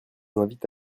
invite